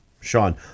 Sean